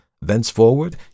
Thenceforward